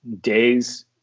days